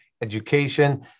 education